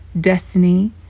destiny